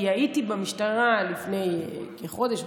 הייתי במשטרה לפני כחודש,